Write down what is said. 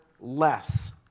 less